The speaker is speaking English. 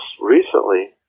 recently